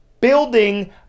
building